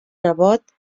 nebot